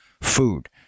food